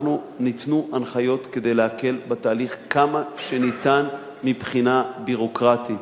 ניתנו הנחיות כדי להקל בתהליך כמה שניתן מבחינה ביורוקרטית.